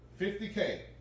50K